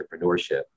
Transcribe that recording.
entrepreneurship